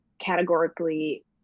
categorically